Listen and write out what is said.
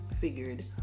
figured